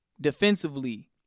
defensively